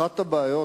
אחת הבעיות,